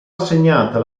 assegnata